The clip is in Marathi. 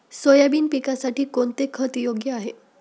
सोयाबीन पिकासाठी कोणते खत योग्य आहे?